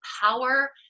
power